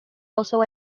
also